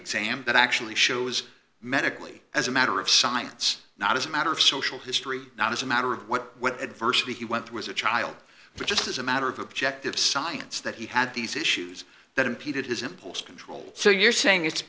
exam that actually shows medically as a matter of science not as a matter of social history not as a matter of what adversity he went through as a child but just as a matter of objective science that he had these issues that impeded his impulse control so you're saying it's